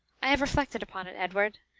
i have reflected upon it, edward,